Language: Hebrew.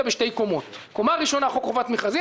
בשתי קומות: קומה ראשונה חוק חובת מכרזים,